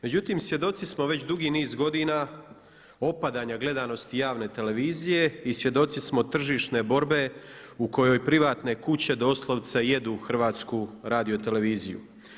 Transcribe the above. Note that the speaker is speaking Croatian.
Međutim, svjedoci smo već dugi niz godina opadanja gledanosti javne televizije i svjedoci smo tržišne borbe u kojoj privatne kuće doslovce jedu Hrvatsku radioteleviziju.